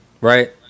right